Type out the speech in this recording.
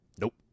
Nope